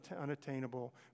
unattainable